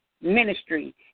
Ministry